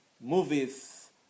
movies